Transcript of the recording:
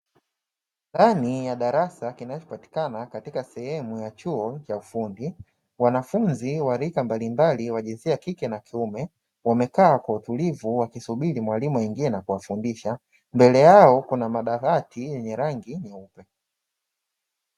Ndani ya darasa kinachopatikana katika sehemu ya chuo cha ufundi, wanafunzi wa rika mbalimbali wa jinsia ya kike na kiume, wamekaa kwa utulivu wakisubiri mwalimu aingie na kuwafundisha, mbele yao kuna madawati yenye rangi nyeupe.